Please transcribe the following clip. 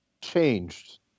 changed